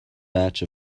batch